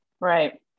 Right